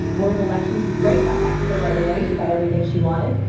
board of elections was great, got back to her right away, she got everything she wanted.